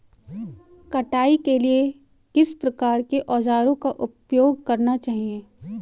कटाई के लिए किस प्रकार के औज़ारों का उपयोग करना चाहिए?